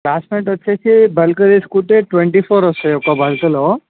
classmate వచ్చేసి bulk తీసుకుంటే twenty four వస్తుంది ఒక బల్క్లో